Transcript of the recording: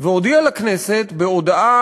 והודיעה לכנסת בהודעה,